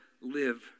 live